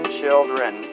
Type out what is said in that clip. children